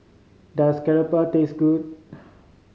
does keropok taste good